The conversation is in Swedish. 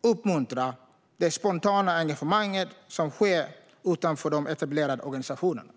uppmuntra det spontana engagemang som sker utanför de etablerade organisationerna.